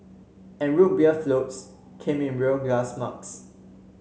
and Root Beer floats came in real glass mugs